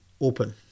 open